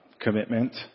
commitment